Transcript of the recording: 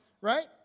Right